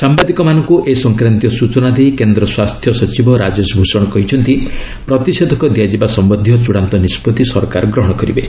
ସାୟାଦିକମାନଙ୍କୁ ଏ ସଫକ୍ରାନ୍ତୀୟ ସୂଚନା ଦେଇ କେନ୍ଦ୍ର ସ୍ୱାସ୍ଥ୍ୟ ସଚିବ ରାଜେଶ ଭୂଷଣ କହିଛନ୍ତି ପ୍ରତିଷେଧକ ଦିଆଯିବା ସମ୍ବନ୍ଧୀୟ ଚୂଡ଼ାନ୍ତ ନିଷ୍ପଭି ସରକାର ଗ୍ରହଣ କରିବେ